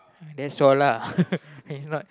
that's all lah it's not